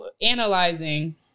analyzing